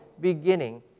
beginning